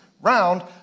round